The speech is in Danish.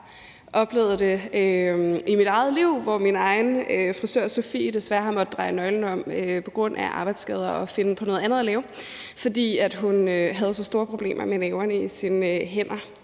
har oplevet det i mit eget liv, hvor min egen frisør, Sofie, desværre har måttet dreje nøglen om på grund af arbejdsskader og finde på noget andet at lave, fordi hun havde så store problemer med nerverne i sine hænder